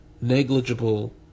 negligible